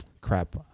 crap